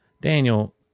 Daniel